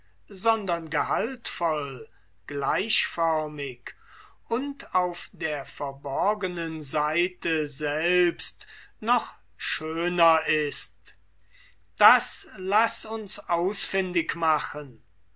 sondern gehaltvoll gleichförmig und auf der verborgenen seite selbst noch schöner ist das laß uns ausfindig machen